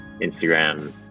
Instagram